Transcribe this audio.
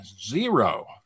zero